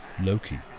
Loki